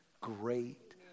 great